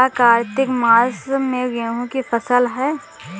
क्या कार्तिक मास में गेहु की फ़सल है?